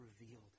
revealed